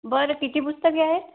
बरं किती पुस्तके आहेत